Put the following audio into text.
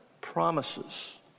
promises